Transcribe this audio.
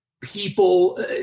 people